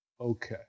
okay